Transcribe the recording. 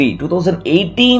2018